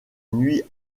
nuit